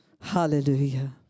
Hallelujah